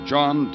John